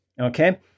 Okay